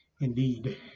Indeed